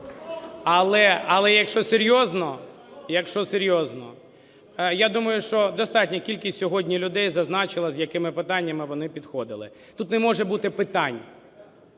якщо серйозно, я думаю, що достатня кількість сьогодні людей зазначили, з якими питаннями вони підходили. Тут не може бути питань.